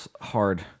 hard